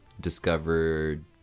discovered